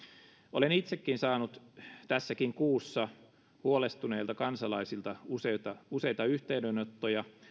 olen itsekin saanut tässäkin kuussa huolestuneilta kansalaisilta useita useita yhteydenottoja